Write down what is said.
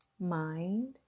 mind